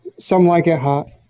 some like it hot.